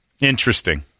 Interesting